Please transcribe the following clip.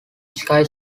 sky